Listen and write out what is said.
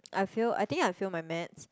I fail I think I fail my Maths